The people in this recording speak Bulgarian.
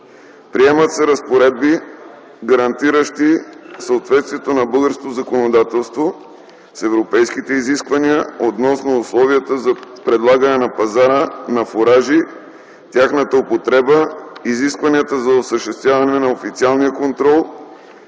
Приемат се разпоредби, гарантиращи съответствието на българското законодателство с европейските изисквания относно условията за предлагане на пазара на фуражи, тяхната употреба, изискванията за осъществяване на официалния контрол,